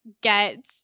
get